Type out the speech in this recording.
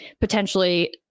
potentially